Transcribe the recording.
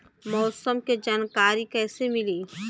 मौसम के जानकारी कैसे मिली?